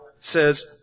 says